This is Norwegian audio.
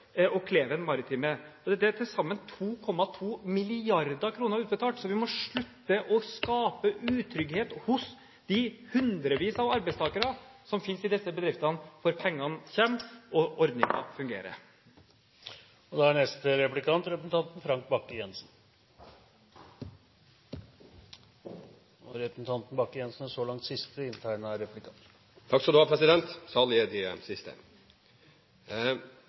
og Kleven Maritime. Det er til sammen 2,2 mrd. kr utbetalt, så vi må slutte med å skape utrygghet hos de hundrevis av arbeidstakere som finnes i disse bedriftene, for pengene kommer, og ordningen fungerer. Representanten Frank Bakke-Jensen er så langt siste inntegnede replikant. Salige er de siste!